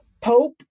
Pope